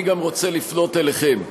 אני רוצה לפנות גם אליכם.